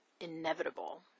inevitable